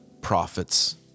prophets